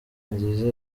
nziza